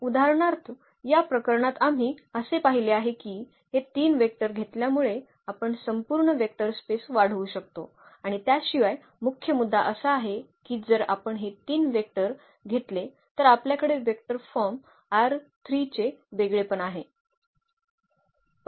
तर उदाहरणार्थ या प्रकरणात आम्ही असे पाहिले आहे की हे 3 वेक्टर घेतल्यामुळे आपण संपूर्ण वेक्टर स्पेस वाढवू शकतो आणि त्याशिवाय मुख्य मुद्दा असा आहे की जर आपण हे 3 वेक्टर घेतले तर आपल्याकडे वेक्टर फॉर्म चे वेगळेपण आहे